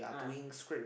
ah